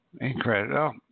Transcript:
Incredible